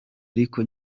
ariko